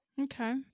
Okay